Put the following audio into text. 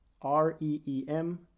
R-E-E-M